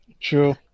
True